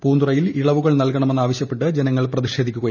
പൂന്തുറയിൽ ജൂള്വ്ുകൾ നൽകണമെന്ന് ആവശ്യപ്പെട്ട് ജനങ്ങൾ പ്രതിഷേധിക്കുന്നു